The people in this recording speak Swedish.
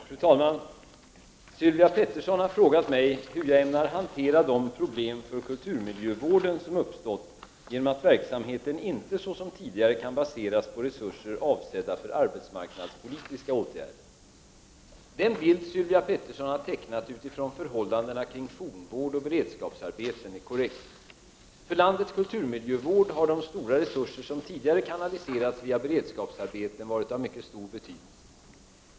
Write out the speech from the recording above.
Fru talman! Sylvia Pettersson har frågat mig hur jag ämnar hantera de problem för kulturmiljövården som uppstått genom att verksamheten inte såsom tidigare kan baseras på resurser avsedda för arbetsmarknadspolitiska åtgärder. Den bild Sylvia Pettersson har tecknat utifrån förhållandena kring fornvård och beredskapsarbeten är korrekt. För landets kulturmiljövård har de stora resurser som tidigare kanaliserats via beredskapsarbeten varit av mycket stor betydelse.